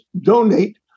donate